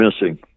missing